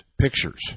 pictures